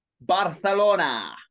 Barcelona